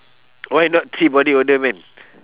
why not three body odour men